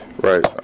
right